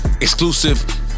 Exclusive